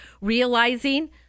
realizing